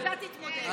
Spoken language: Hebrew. אתה תתמודד.